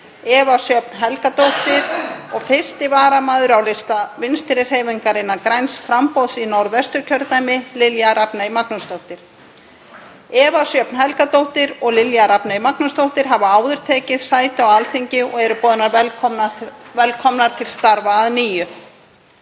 Eva Sjöfn Helgadóttir, og 1. varamaður á lista Vinstrihreyfingarinnar – græns framboðs í Norðvest., Lilja Rafney Magnúsdóttir. Eva Sjöfn Helgadóttir og Lilja Rafney Magnúsdóttir hafa áður tekið sæti á Alþingi og eru boðnar velkomnar til starfa að nýju.